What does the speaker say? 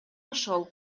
ошол